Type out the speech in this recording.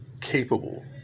capable